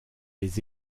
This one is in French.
les